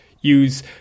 use